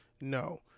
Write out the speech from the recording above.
No